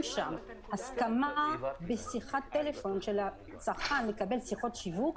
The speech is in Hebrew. שם הסכמה בשיחת טלפון של הצרכן לקבל שיחות שיווק,